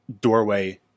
doorway